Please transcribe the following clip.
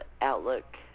outlook